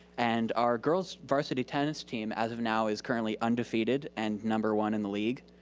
and our girls' varsity tennis team, as of now, is currently undefeated and number one in the league.